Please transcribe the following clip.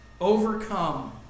Overcome